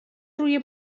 روی